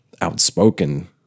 outspoken